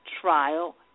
Trial